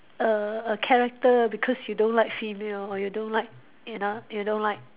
a a character because you don't like female or you don't like you know you don't like